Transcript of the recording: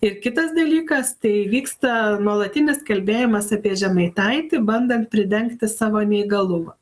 ir kitas dalykas tai vyksta nuolatinis kalbėjimas apie žemaitaitį bandant pridengti savo neįgalumą